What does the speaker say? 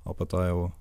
o po to jau